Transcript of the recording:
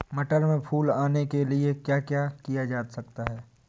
मटर में फूल आने के लिए क्या किया जा सकता है?